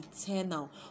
eternal